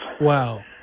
Wow